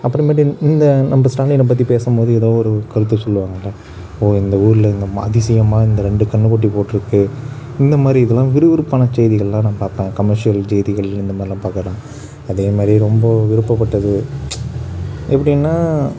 அப்புறமேட்டு இந்த நம்ப ஸ்டாலினை பற்றி பேசும்போது ஏதோ ஒரு கருத்தை சொல்லுவார்கள்ல ஓ இந்த ஊரில் இந்த மா அதிசயமாக இந்த ரெண்டு கன்றுக்குட்டி போட்டிருக்கு இந்தமாதிரி இதெல்லாம் விறுவிறுப்பான செய்திகளெலாம் நான் பார்ப்பேன் கமர்சியல் செய்திகள் இந்தமாதிரிலாம் பார்க்கறது தான் அதேமாதிரி ரொம்ப விருப்பப்பட்டது எப்படின்னா